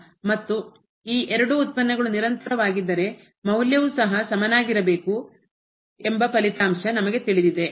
ಮತ್ತು ಈ ಎರಡು ಉತ್ಪನ್ನಗಳು ನಿರಂತರವಾಗಿದ್ದರೆ ಮೌಲ್ಯವು ಸಹ ಸಮನಾಗಿರಬೇಕು ಎಂಬ ಫಲಿತಾಂಶ ನಮಗೆ ತಿಳಿದಿದೆ